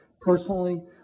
personally